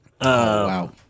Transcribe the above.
Wow